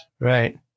Right